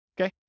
Okay